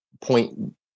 point